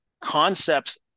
concepts